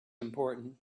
important